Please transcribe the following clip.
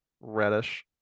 reddish